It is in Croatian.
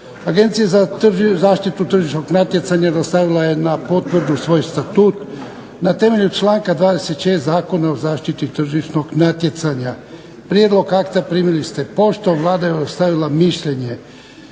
Agencija za zaštitu tržišnog natjecanja dostavila je na potvrdu svoj Statut na temelju članka 26. Zakona o zaštiti tržišnog natjecanja. Prijedlog akta primili ste poštom. Vlada je dostavila mišljenje.